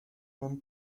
beim